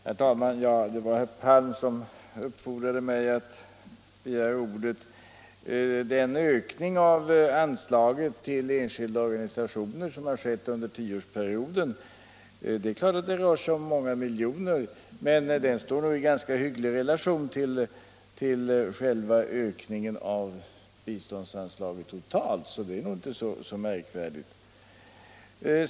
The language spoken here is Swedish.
Herr talman! Det var herr Palm som uppfordrade mig att begära ordet. Den ökning av anslaget till enskilda organisationer som har skett under tioårsperioden rör sig naturligtvis om många miljoner, men den står nog i ganska hygglig relation till själva ökningen av biståndsanslaget totalt. Det hela är alltså inte så märkvärdigt.